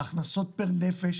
להכנסות פר נפש,